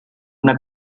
una